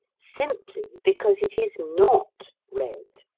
simply because it is not read.